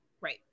Right